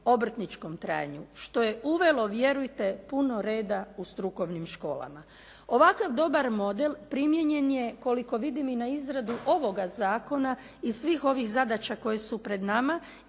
obrtničkom trajanju, što je uvelo vjerujte puno reda u strukovnim školama. Ovakav dobar model primijenjen je koliko vidim i na izradu ovoga zakona i svih ovih zadaća koje su pred nama